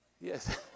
Yes